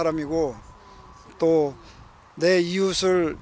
out of me will they use